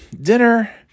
dinner